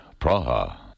Praha